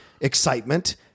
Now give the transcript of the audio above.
excitement